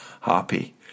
happy